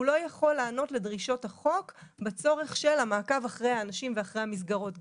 הוא לא יכול לענות לדרישות החוק בצורך של המעקב אחר האנשים והמסגרות.